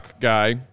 guy